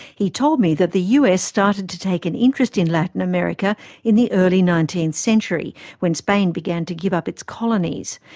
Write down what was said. he told me that the us started to take an interest in latin america in the early nineteenth century when spain began to give up its colonies,